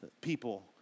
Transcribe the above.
people